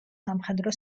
სამხედრო